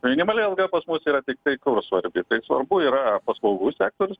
minimali alga pas mus yra tiktai kur svarbi tai svarbu yra paslaugų sektorius